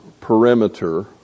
perimeter